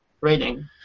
rating